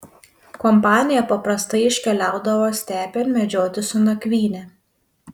kompanija paprastai iškeliaudavo stepėn medžioti su nakvyne